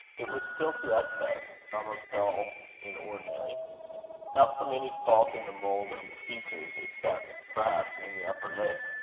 it was still to excess almost dull in ordinary not from any fault in the mould of the features, except, perhaps, in the upper lip,